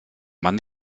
mann